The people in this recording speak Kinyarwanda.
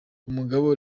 umugabo